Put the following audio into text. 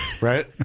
Right